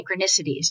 synchronicities